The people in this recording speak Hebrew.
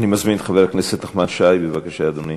אני מזמין את חבר הכנסת נחמן שי, בבקשה, אדוני.